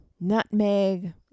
Nutmeg